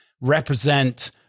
represent